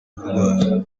urwaye